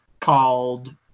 called